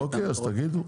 אוקי אז תגידו.